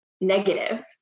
negative